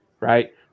right